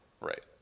Right